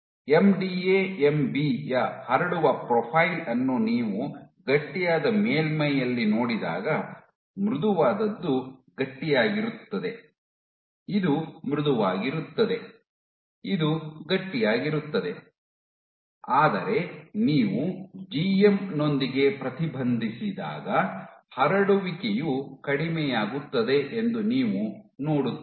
MDA MB ಯ ಹರಡುವ profile ಅನ್ನು ನೀವು ಗಟ್ಟಿಯಾದ ಮೇಲ್ಮೈಯಲ್ಲಿ ನೋಡಿದಾಗ ಮೃದುವಾದದ್ದು ಗಟ್ಟಿಯಾಗಿರುತ್ತದೆ ಇದು ಮೃದುವಾಗಿರುತ್ತದೆ ಇದು ಗಟ್ಟಿಯಾಗಿರುತ್ತದೆ ಆದರೆ ನೀವು ಜಿಎಂ ನೊಂದಿಗೆ ಪ್ರತಿಬಂಧಿಸಿದಾಗ ಹರಡುವಿಕೆಯು ಕಡಿಮೆಯಾಗುತ್ತದೆ ಎಂದು ನೀವು ನೋಡುತ್ತೀರಿ